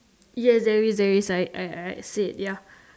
ya there there is a side I I said ya